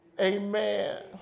Amen